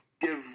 give